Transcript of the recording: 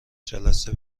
جلسه